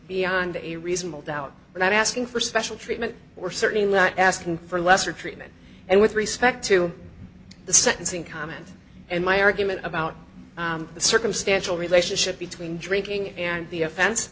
beyond a reasonable doubt but i'm asking for special treatment we're certainly not asking for lesser treatment and with respect to the sentencing comment and my argument about the circumstantial relationship between drinking and the